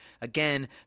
Again